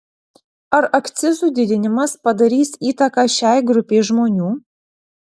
ar akcizų didinimas padarys įtaką šiai grupei žmonių